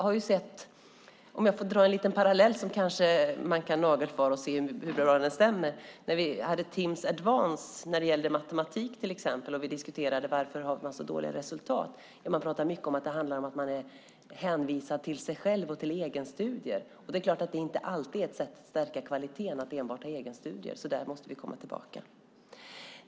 Jag kan dra en liten parallell som man kan nagelfara och se hur bra den stämmer. När vi hade Timss Advanced när det gällde matematik till exempel och diskuterade varför resultaten var så dåliga talade man mycket om att eleverna är hänvisade till sig själva och till egenstudier. Att enbart ha egenstudier är inte alltid ett sätt stärka kvaliteten, så där måste vi komma tillbaka.